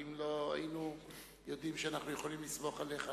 כי אם לא היינו יודעים שאנחנו יכולים לסמוך עליך,